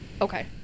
okay